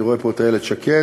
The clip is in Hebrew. אני רואה פה את איילת שקד,